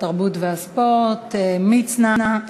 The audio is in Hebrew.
התרבות וספורט עמרם מצנע,